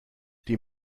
die